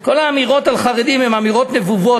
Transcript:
כל האמירות על חרדים הן אמירות נבובות.